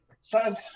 son